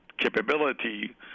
capability